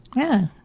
yeah.